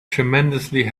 tremendously